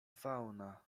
fauna